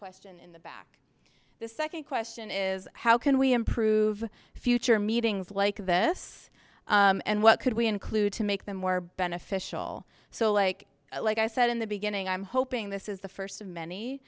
question in the back the second question is how can we improve future meetings like this and what could we include to make them more beneficial so like like i said in the beginning i'm hoping this is the first of many